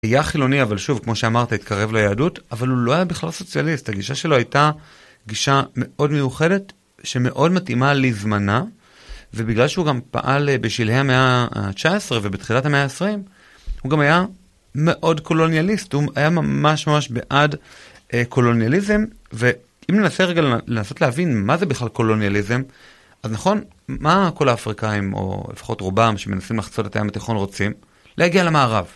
היה חילוני, אבל שוב, כמו שאמרת, התקרב ליהדות, אבל הוא לא היה בכלל סוציאליסט. הגישה שלו הייתה גישה מאוד מיוחדת, שמאוד מתאימה לזמנה, ובגלל שהוא גם פעל בשלהי המאה ה-19 ובתחילת המאה ה-20, הוא גם היה מאוד קולוניאליסט, הוא היה ממש ממש בעד קולוניאליזם, ואם ננסה רגע לנסות להבין מה זה בכלל קולוניאליזם, אז נכון, מה כל האפריקאים, או לפחות רובם, שמנסים לחצות את הים התיכון רוצים? להגיע למערב.